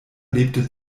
lebte